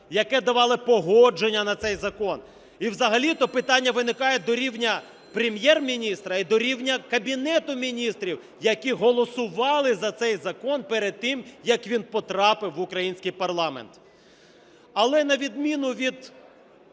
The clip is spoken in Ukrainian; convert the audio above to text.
яке давало погодження на цей закон. І взагалі-то питання виникає до рівня Прем'єр-міністра і до рівня Кабінету Міністрів, які голосували за цей закон перед тим, як він потрапив в український парламент. Але на відміну від